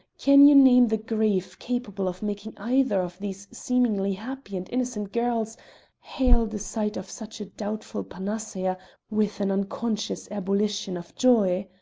can you name the grief capable of making either of these seemingly happy and innocent girls hail the sight of such a doubtful panacea with an unconscious ebullition of joy?